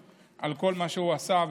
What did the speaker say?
כל מה שהוא עושה,